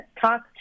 talk